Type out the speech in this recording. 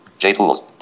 JTools